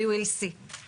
אנחנו נראה בהמשך.